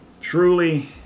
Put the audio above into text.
truly